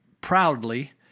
proudly